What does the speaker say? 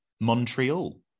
Montreal